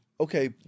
Okay